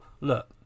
look